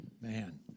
man